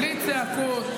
בלי צעקות.